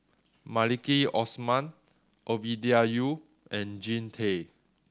Maliki Osman Ovidia Yu and Jean Tay